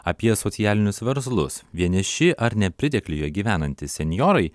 apie socialinius verslus vieniši ar nepritekliuje gyvenantys senjorai